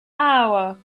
hour